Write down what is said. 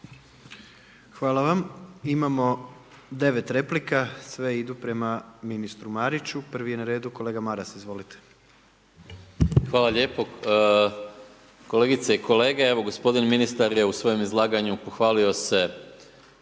Hvala vam. Imamo 9 replika. Sve idu prema ministru Mariću, prvi je na redu kolega Maras, izvolite. **Maras, Gordan (SDP)** Hvala lijepo. Kolegice i kolege g. ministar je u svom izlaganju pohvalio se